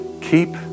keep